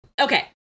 okay